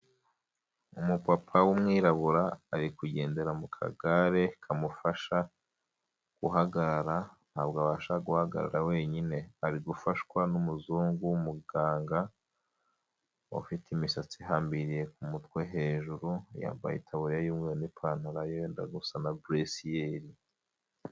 Umupapa w'umwirabura ari kugendera mu kagare kamufasha guhagarara ntabwo abasha guhagarara wenyine, ari gufashwa n'umuzungu w'umuganga ufite imisatsi ihambiriye ku mutwe hejuru, yambaye itaburiya y'umweru n'ipantaro yenda gusa na buresiyeri.